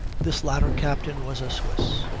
this latter captain was a swiss.